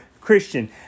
Christian